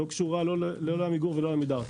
שלא קשורה לא לעמיגור ולא לעמידר,